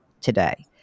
today